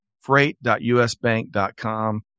Freight.usbank.com